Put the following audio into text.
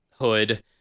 hood